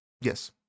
yes